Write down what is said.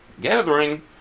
gathering